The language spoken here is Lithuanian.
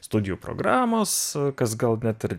studijų programos kas gal net ir